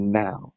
now